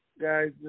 Guys